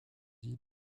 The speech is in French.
îles